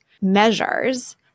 measures